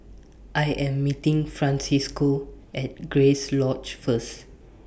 I Am meeting Francisco At Grace Lodge First